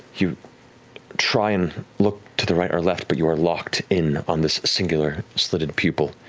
you try and look to the right or left, but you are locked in on this singular slitted pupil,